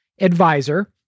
advisor